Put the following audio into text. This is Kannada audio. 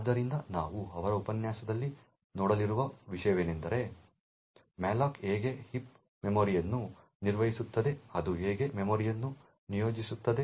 ಆದ್ದರಿಂದ ನಾವು ಅವರ ಉಪನ್ಯಾಸದಲ್ಲಿ ನೋಡಲಿರುವ ವಿಷಯವೆಂದರೆ malloc ಹೇಗೆ ಹೀಪ್ ಮೆಮೊರಿಯನ್ನು ನಿರ್ವಹಿಸುತ್ತದೆ ಅದು ಹೇಗೆ ಮೆಮೊರಿಯನ್ನು ನಿಯೋಜಿಸುತ್ತದೆ